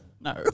no